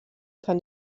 kann